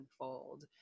unfold